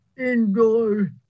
indoor